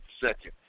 second